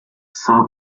saw